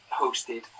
hosted